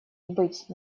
быть